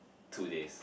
two days